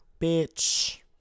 Bitch